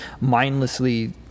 mindlessly